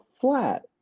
flat